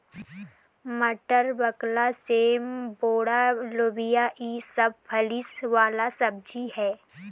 मटर, बकला, सेम, बोड़ा, लोबिया ई सब फली वाला सब्जी ह